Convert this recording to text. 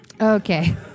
Okay